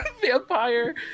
vampire